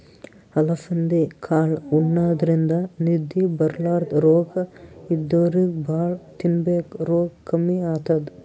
ಅಲಸಂದಿ ಕಾಳ್ ಉಣಾದ್ರಿನ್ದ ನಿದ್ದಿ ಬರ್ಲಾದ್ ರೋಗ್ ಇದ್ದೋರಿಗ್ ಭಾಳ್ ತಿನ್ಬೇಕ್ ರೋಗ್ ಕಮ್ಮಿ ಆತದ್